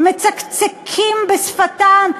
מצקצקים בשפתיים,